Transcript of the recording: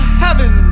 heaven